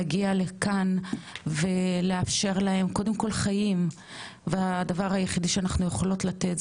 להגיע לכאן ולאפשר להם קודם כל חיים והדבר היחידי שאנחנו יכולות לתת,